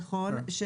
נכון,